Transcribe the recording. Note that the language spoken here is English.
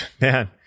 man